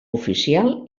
oficial